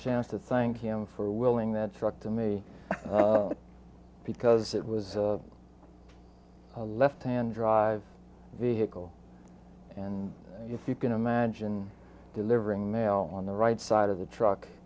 chance to thank him for willing that truck to me because it was a left hand drive vehicle and if you can imagine delivering mail on the right side of the